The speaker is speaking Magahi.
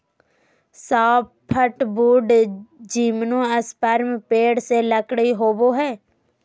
सॉफ्टवुड जिम्नोस्पर्म पेड़ से लकड़ी होबो हइ